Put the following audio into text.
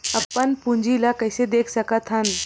अपन पूंजी ला कइसे देख सकत हन?